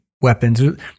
weapons